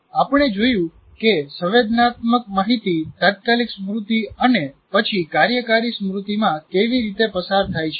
આપણે જોયું કે સંવેદનાત્મક માહિતી તાત્કાલિક સ્મૃતિ અને પછી કાર્યકારી સ્મૃતિમાં કેવી રીતે પસાર થાય છે